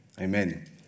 amen